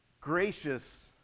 gracious